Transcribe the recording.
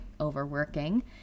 overworking